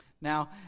Now